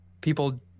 people